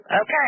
Okay